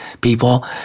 people